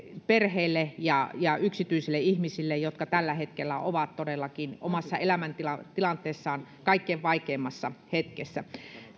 perheille ja ja yksityisille ihmisille jotka tällä hetkellä ovat todellakin omassa elämäntilanteessaan kaikkein vaikeimmassa hetkessä